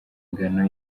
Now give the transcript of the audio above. ingano